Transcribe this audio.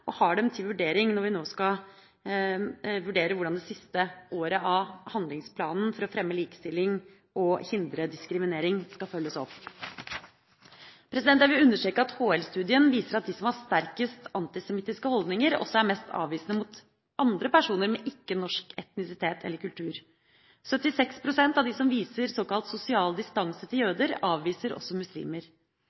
og har dem til vurdering når vi nå skal vurdere hvordan det siste året av handlingsplanen for å fremme likestilling og hindre diskriminering skal følges opp. Jeg vil understreke at HL-studien viser at de som har sterkest antisemittiske holdninger, også er mest avvisende mot andre personer med ikke-norsk etnisitet eller kultur. 76 pst. av dem som viser såkalt sosial distanse til jøder, avviser også muslimer.